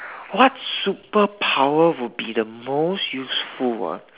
what superpower would be the most useful ah